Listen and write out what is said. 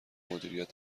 مدیریت